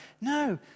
No